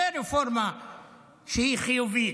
זו רפורמה שהיא חיובית,